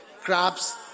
crabs